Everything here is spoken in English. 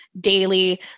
daily